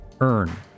earn